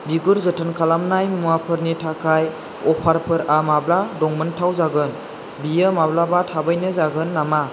बिगुर जोथोन खालामनाय मुवाफोरनि थाखाय अफारफोरा माब्ला दंमोनथाव जागोन बियो माब्लाबा थाबैनो जागोन नामा